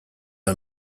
her